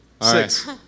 Six